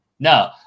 No